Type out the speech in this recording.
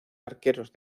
arqueros